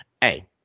Hey